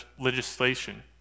legislation